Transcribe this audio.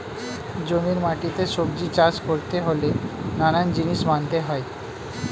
জমির মাটিতে সবজি চাষ করতে হলে নানান জিনিস মানতে হয়